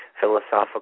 Philosophical